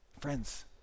Friends